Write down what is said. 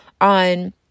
on